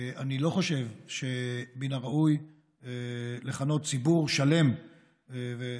אני לא חושב שמן הראוי לכנות ציבור שלם ולפגוע.